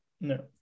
No